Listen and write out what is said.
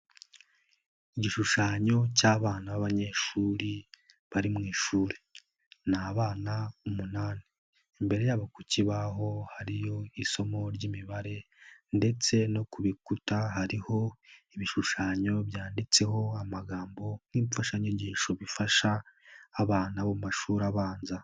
Igishushanyo cy'abana b'abanyeshuri bari mu ishuri, ni abana umunani, imbere yabo ku kibaho hariyo isomo ry'imibare ndetse no ku bikuta hariho ibishushanyo byanditseho amagambo nk'imfashanyigisho bifasha abana bo mu mashuri abanza.